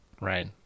right